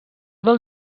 del